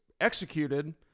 executed